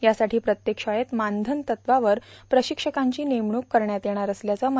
यासाठी प्रत्येक शाळेत मानधव तत्त्वावर प्रशिक्षकांची नेमणूक करण्यात येणार असल्याचं म